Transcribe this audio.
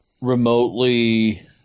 remotely